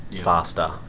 faster